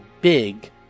big